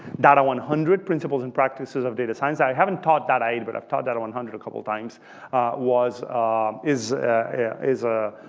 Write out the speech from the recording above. data one hundred, principles and practices of data science, that i haven't taught data eight, but i've taught data one hundred a couple times is is ah